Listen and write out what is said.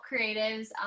creatives